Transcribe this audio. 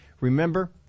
Remember